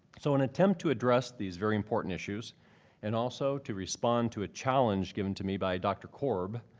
so in attempt to address these very important issues and also to respond to a challenge given to me by dr. korb,